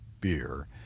beer